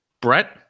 Brett